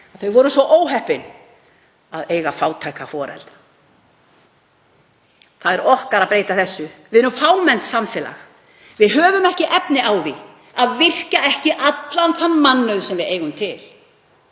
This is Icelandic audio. þau voru svo óheppin að eiga fátæka foreldra. Það er okkar að breyta þessu. Við erum fámennt samfélag. Við höfum ekki efni á því að virkja ekki allan þann mannauð sem við eigum til.